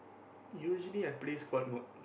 usually I play squad mode